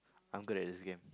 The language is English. I'm good at this game